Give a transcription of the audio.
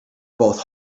both